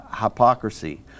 hypocrisy